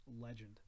legend